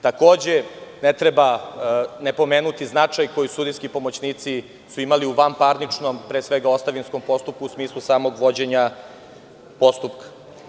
Ne treba ne pomenuti značaj koji sudijski pomoćnici su imali u vanparničnom, pre svega ostavinskom postupku u smislu samog vođenja postupka.